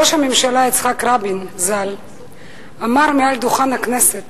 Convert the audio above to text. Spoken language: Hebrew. ראש הממשלה יצחק רבין ז"ל אמר מעל דוכן הכנסת